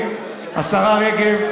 השרה רגב,